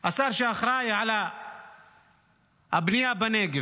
השר שאחראי לבנייה בנגב,